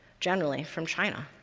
generally, from china.